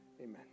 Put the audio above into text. Amen